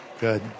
Good